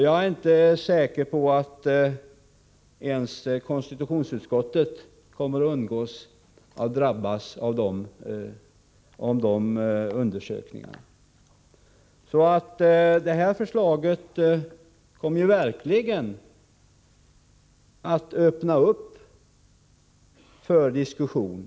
Jag är inte säker på att ens konstitutionsutskottet kommer att undgå att drabbas av de undersökningarna. Det nu aktuella förslaget kommer verkligen att öppna möjligheter för en diskussion.